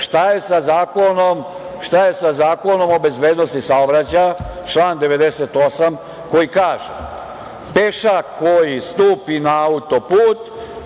je sa Zakonom o bezbednosti saobraćaja, član 98. koji kaže – pešak koji stupi na autoput